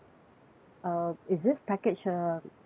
uh is this package uh